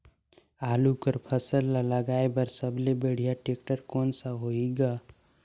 आलू कर फसल ल लगाय बर सबले बढ़िया टेक्टर कोन सा होही ग?